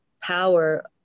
power